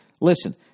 Listen